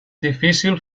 difícil